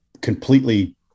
completely